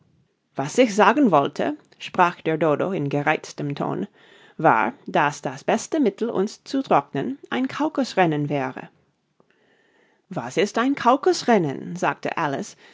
was sich sagen wollte sprach der dodo in gereiztem tone war daß das beste mittel uns zu trocknen ein caucus rennen wäre was ist ein caucus rennen sagte alice